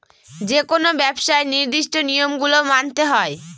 যেকোনো ব্যবসায় নির্দিষ্ট নিয়ম গুলো মানতে হয়